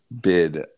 bid